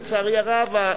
לצערי הרב,